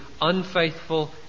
unfaithful